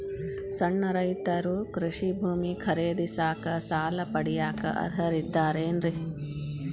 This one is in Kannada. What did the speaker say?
ಸಣ್ಣ ರೈತರು ಕೃಷಿ ಭೂಮಿ ಖರೇದಿಸಾಕ, ಸಾಲ ಪಡಿಯಾಕ ಅರ್ಹರಿದ್ದಾರೇನ್ರಿ?